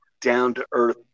down-to-earth